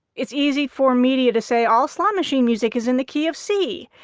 it's easy for media to say, all slot machine music is in the key of c,